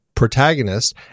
protagonist